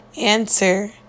answer